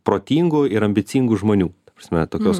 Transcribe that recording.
protingų ir ambicingų žmonių ta prasme tokios